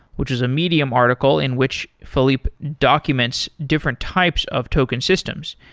which is a medium article in which felipe documents different types of token systems,